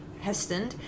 Heston